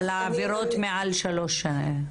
על עבירות מעל שלוש שנים.